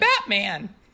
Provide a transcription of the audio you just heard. Batman